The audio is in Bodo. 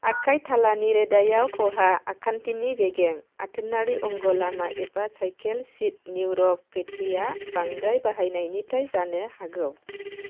आखाय थालानि रोदायाव खहा आखान्थिनि बेगें आथोनारि अंग' लामा एबा सायकेल सिट निउर'पेटीआ बांद्राय बाहायनायनिफ्राय जानो हागौ